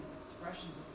expressions